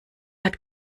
hat